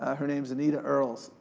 ah her name is anita earls.